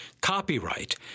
Copyright